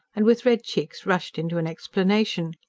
and with red cheeks rushed into an explanation.